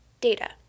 Data